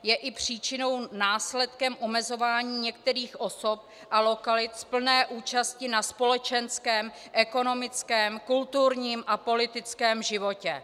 Je i příčinou, následkem omezování některých osob a lokalit plné účasti na společenském, ekonomickém, kulturním a politickém životě.